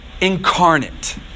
incarnate